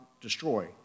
destroy